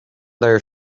their